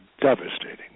devastating